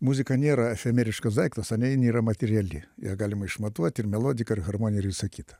muzika nėra efemeriškas daiktas ane jin yra materiali ją galima išmatuoti ir melodika harmoninė ir visa kita